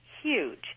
huge